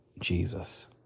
Jesus